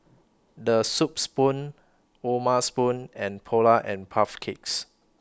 The Soup Spoon O'ma Spoon and Polar and Puff Cakes